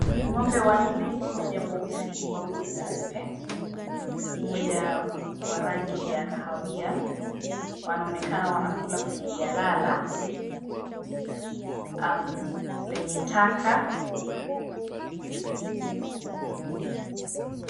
Ng'ombe wanne, mmoja mweusi, wawili weupe, mmoja wa rangi ya kahawia wanaonekana wanakula kwenye jalala lenye taka.